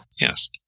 Yes